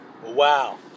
Wow